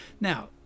Now